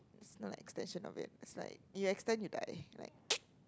there's no extension of it is like you extend you die like